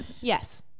Yes